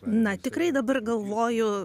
na tikrai dabar galvoju